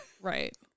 Right